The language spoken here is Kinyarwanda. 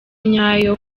nyayo